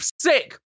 sick